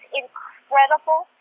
incredible